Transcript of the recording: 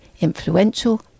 influential